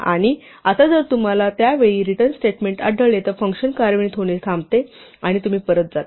आणि आता जर तुम्हाला त्या वेळी रिटर्न स्टेटमेंट आढळले तर फंक्शन कार्यान्वित होणे थांबते आणि तुम्ही परत जातात